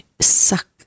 suck